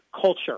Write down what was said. culture